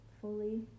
fully